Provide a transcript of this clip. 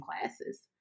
classes